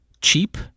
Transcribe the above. cheap